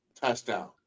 touchdown